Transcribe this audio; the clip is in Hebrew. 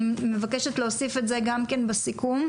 אני מבקשת להוסיף גם את זה בסיכום.